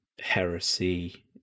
heresy